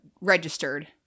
registered